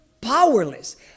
powerless